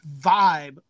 vibe